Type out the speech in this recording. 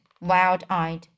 wild-eyed